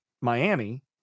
Miami